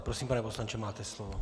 Prosím, pane poslanče, máte slovo.